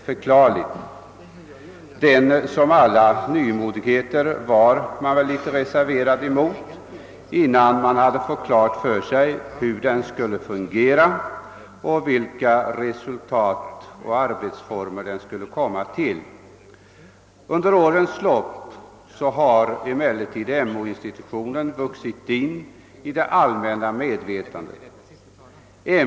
Man var litet reserverad mot detta nya ämbete på samma sätt som man är reserverad mot andra nymodigheter, innan man fått klart för sig hur organisationen skulle fungera, vilka arbetsformer den skulle ha och vilka resultat den skulle komma till. Under årens lopp har emellertid MO institutionen vuxit in i det allmänna medvetandet.